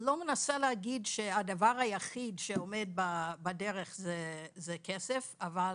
לא מנסה להגיד שהדבר היחיד שעומד בדרך זה כסף, אבל